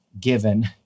given